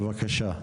בבקשה.